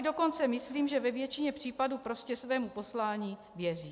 Dokonce si myslím, že ve většině případů prostě svému poslání věří.